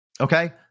Okay